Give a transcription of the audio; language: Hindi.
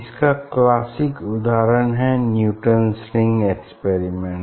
इसका क्लासिक उदाहरण है न्यूटंस रिंग एक्सपेरिमेंट